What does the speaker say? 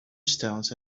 stones